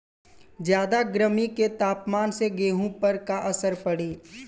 ज्यादा गर्मी के तापमान से गेहूँ पर का असर पड़ी?